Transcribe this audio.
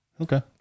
Okay